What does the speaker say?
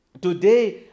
Today